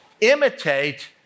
imitate